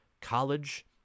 College